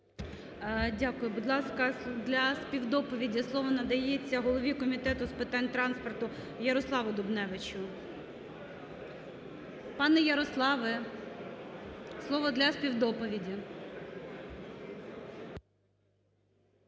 Дякую. Будь ласка, для співдоповіді слово надається голові Комітету з питань транспорту Ярославу Дубневичу. Пане Ярославе, слово для співдоповіді.